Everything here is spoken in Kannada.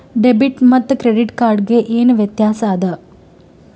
ಡೆಬಿಟ್ ಮತ್ತ ಕ್ರೆಡಿಟ್ ಕಾರ್ಡ್ ಗೆ ಏನ ವ್ಯತ್ಯಾಸ ಆದ?